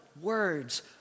words